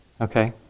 Okay